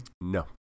No